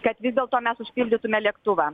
kad vis dėlto mes užpildytume lėktuvą